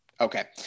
Okay